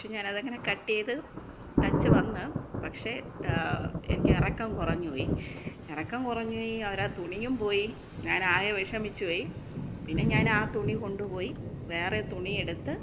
ഞാൻ അത് അങ്ങനെ കട്ട് ചെയ്ത് തയ്ച്ച് വന്ന് പക്ഷേ എനിക്ക് ഇറക്കം കുറഞ്ഞ് പോയി ഇറക്കം കുറഞ്ഞ് പോയി അവരുടെ തുണിയും പോയി ഞാൻ ആകെ വിഷമിച്ച് പോയി പിന്നെ ഞാൻ ആ തുണി കൊണ്ടുപോയി വേറെ തുണിയെടുത്ത്